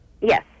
Yes